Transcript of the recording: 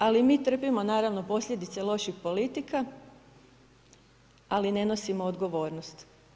Ali mi trpimo naravno posljedice loših politika, ali ne nosimo odgovornost.